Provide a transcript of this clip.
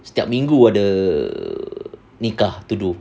setiap minggu ada nikah to do